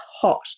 hot